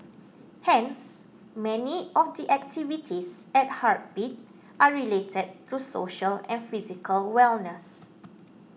hence many of the activities at Heartbeat are related to social and physical wellness